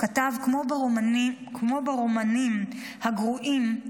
כתב: "כמו ברומנים גרועים,